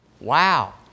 Wow